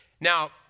Now